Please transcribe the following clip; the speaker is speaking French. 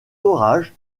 orages